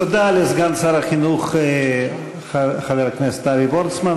תודה לסגן שר החינוך חבר הכנסת אבי וורצמן.